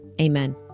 Amen